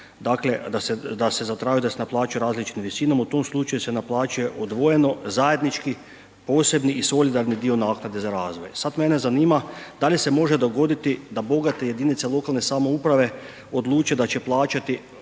dakle da zatraži da se naplaćuje u različitim visinama, u tom slučaju se naplaćuje odvojeno, zajednički, posebni u solidarni dio naknade za razvoj. Sad mene zanima da li se može dogoditi da bogate jedinice lokalne samouprave odluče da će plaćati